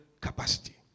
capacity